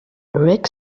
rick